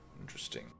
Interesting